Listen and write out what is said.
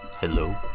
hello